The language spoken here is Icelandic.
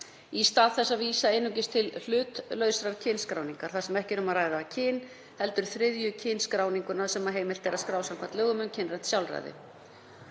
í stað þess að vísa einungis til „hlutlausrar kynskráningar“ þar sem ekki er um að ræða kyn heldur þriðju kynskráninguna sem heimil er samkvæmt lögum um kynrænt sjálfræði.